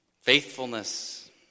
faithfulness